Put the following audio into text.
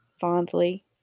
fondly